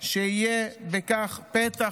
שיהיה בכך פתח,